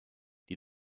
die